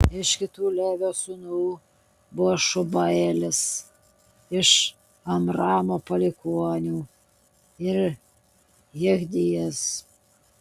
iš kitų levio sūnų buvo šubaelis iš amramo palikuonių ir jechdijas